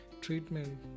treatment